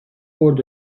برد